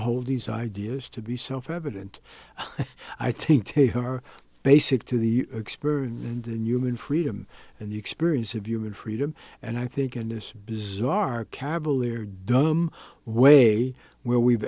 hold these ideas to be self evident i think a higher basic to the experience and in human freedom and the experience of human freedom and i think in this bizarre cavalier dunham way where we've